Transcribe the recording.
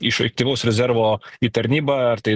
iš aktyvaus rezervo į tarnybą ar tai